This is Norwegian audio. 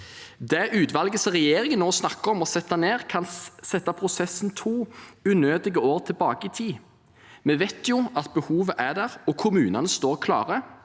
Det utvalget som regjeringen nå snakker om å sette ned, kan sette prosessen to unødige år tilbake i tid. Vi vet at behovet er der, og kommunene står klare.